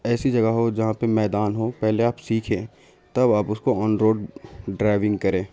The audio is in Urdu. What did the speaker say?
ایسی جگہ ہو جہاں پہ میدان ہو پہلے آپ سیکھیں تب آپ اس کو آن روڈ ڈرائیونگ کریں